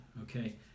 okay